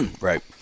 Right